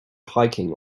hiking